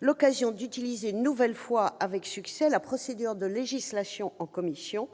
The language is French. l'occasion d'utiliser une nouvelle fois avec succès la procédure de législation en commission.